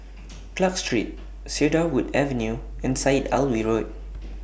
Clarke Street Cedarwood Avenue and Syed Alwi Road